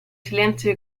silenzio